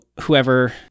whoever